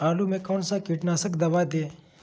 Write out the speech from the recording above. आलू में कौन सा कीटनाशक दवाएं दे?